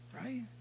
Right